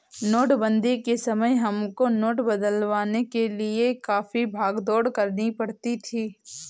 नोटबंदी के समय हमको नोट बदलवाने के लिए काफी भाग दौड़ करनी पड़ी थी